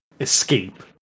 escape